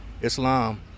Islam